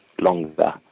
longer